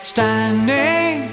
Standing